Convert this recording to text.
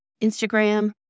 Instagram